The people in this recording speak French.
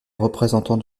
représentants